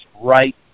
right